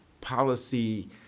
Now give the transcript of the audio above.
policy